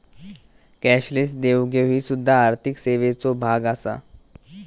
cashless देवघेव ही सुध्दा आर्थिक सेवेचो भाग आसा